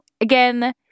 again